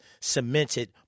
cemented